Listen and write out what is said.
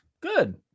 good